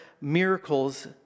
miracles